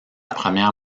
première